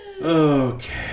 okay